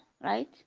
right